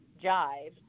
Jive